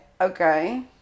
Okay